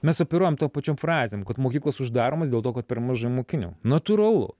mes operuojam tom pačiom frazėm kad mokyklos uždaromos dėl to kad per mažai mokinių natūralu